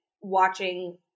watching